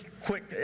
quick